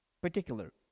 particular